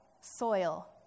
soil